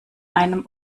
einem